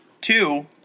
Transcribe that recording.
Two